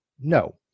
No